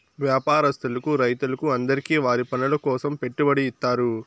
వ్యాపారస్తులకు రైతులకు అందరికీ వారి పనుల కోసం పెట్టుబడి ఇత్తారు